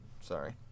Sorry